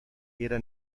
era